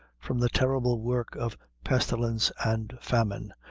from the terrible work of pestilence and famine,